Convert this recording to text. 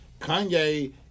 Kanye